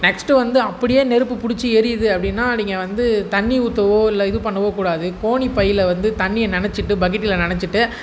next வந்து அப்படியே நெருப்பு பிடிச்சு எரியிது அப்படின்னா நீங்கள் வந்து தண்ணி ஊற்றவோ இல்லை இது பண்ணவோ கூடாது கோணி பையில வந்து தண்ணியை நனச்சுட்டு பக்கெட்டில் நனச்சுட்டு